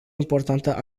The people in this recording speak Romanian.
importantă